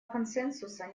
консенсуса